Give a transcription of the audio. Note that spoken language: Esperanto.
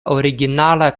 originala